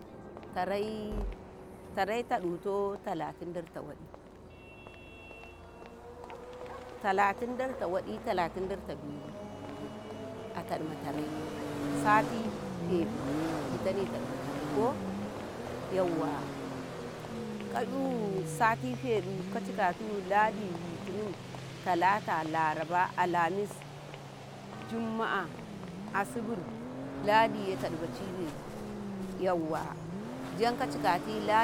﻿Taraii, tarai tadu to talatin darta waɗi talatin darta waɗi talatin darta belu, a tadma tare sati feɗu ditane tadma tare ko, yauwa ka“yu sati fedu kacikatu ladi, litinin, talata laraba, alamis, jumma'a, asibir, ladiye tadbacibelu, yauwa jan kacikati lah.